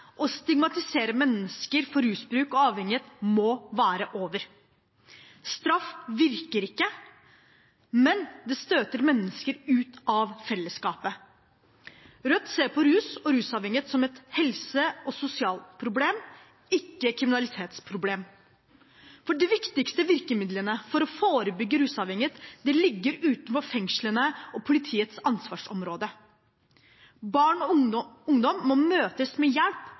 avhengighet må være over. Straff virker ikke, men det støter mennesker ut av fellesskapet. Rødt ser på rus og rusavhengighet som et helse- og sosialproblem, ikke et kriminalitetsproblem, for de viktigste virkemidlene for å forebygge rusavhengighet ligger utenfor fengslene og politiets ansvarsområde. Barn og ungdom må møtes med hjelp